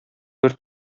бер